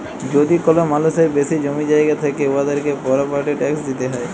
যদি কল মালুসের বেশি জমি জায়গা থ্যাকে উয়াদেরকে পরপার্টি ট্যাকস দিতে হ্যয়